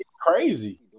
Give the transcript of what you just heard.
crazy